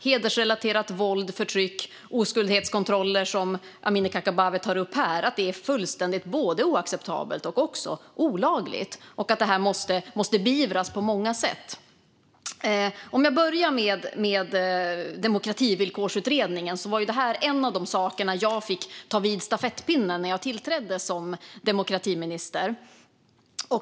Hedersrelaterat våld, förtryck och oskuldhetskontroller, som Amineh Kakabaveh tar upp här, är fullständigt oacceptabelt och olagligt. Det måste beivras på många sätt. Låt mig börja med Demokrativillkorsutredningen. Det var en av de utredningar jag tog över stafettpinnen för när jag tillträdde som demokratiminister.